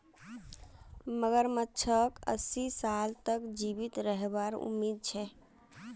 मगरमच्छक अस्सी साल तक जीवित रहबार उम्मीद छेक